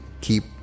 keep